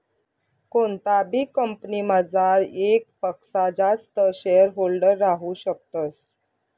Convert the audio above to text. कोणताबी कंपनीमझार येकपक्सा जास्त शेअरहोल्डर राहू शकतस